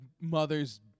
mother's